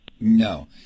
No